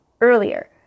earlier